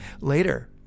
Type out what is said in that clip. later